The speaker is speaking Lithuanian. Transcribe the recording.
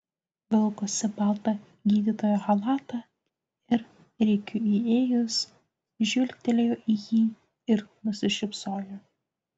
vilkosi baltą gydytojo chalatą ir rikiui įėjus žvilgtelėjo į jį ir nusišypsojo